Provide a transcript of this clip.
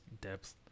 depth